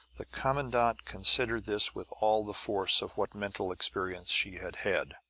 the commandant considered this with all the force of what mental experience she had had.